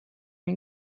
این